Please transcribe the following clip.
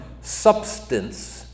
substance